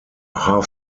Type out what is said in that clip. half